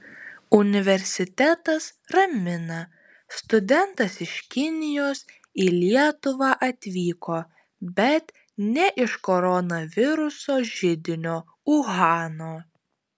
universitetas ramina studentas iš kinijos į lietuvą atvyko bet ne iš koronaviruso židinio uhano